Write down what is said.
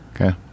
Okay